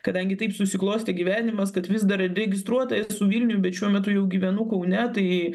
kadangi taip susiklostė gyvenimas kad vis dar registruota esu vilniuj bet šiuo metu jau gyvenu kaune tai